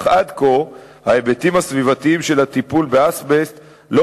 אך עד כה ההיבטים הסביבתיים של הטיפול באזבסט לא